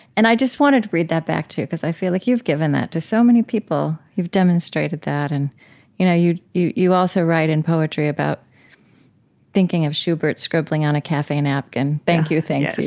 and i just wanted to read that back to you because i feel like you've given that to so many people. you've demonstrated that. and you know you you also write in poetry about thinking of schubert scribbling on a cafe napkin, thank you. thank you.